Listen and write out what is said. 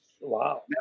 Wow